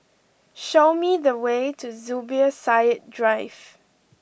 show me the way to Zubir Said Drive